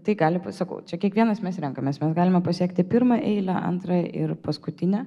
tai gali būt sakau čia kiekvienas mes renkamės mes galime pasiekti pirmą eilę antrą ir paskutinę